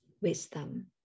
Wisdom